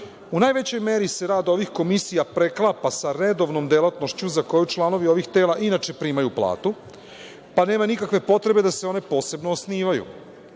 U najvećoj meri se rad ovih komisija preklapa sa redovnom delatnošću za koje članovi ovih tela inače primaju platu, pa nema nikakve potrebe da se one posebno